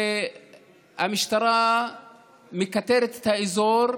והמשטרה מכתרת את האזור.